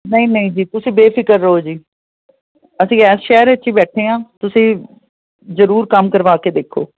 ਨਹੀਂ ਨਹੀਂ ਜੀ ਤੁਸੀਂ ਬੇਫਿਕਰ ਰਹੋ ਜੀ ਅਸੀਂ ਇਸ ਸ਼ਹਿਰ ਵਿਚ ਹੀ ਬੈਠੇ ਹਾਂ ਤੁਸੀਂ ਜ਼ਰੂਰ ਕੰਮ ਕਰਵਾ ਕੇ ਦੇਖੋ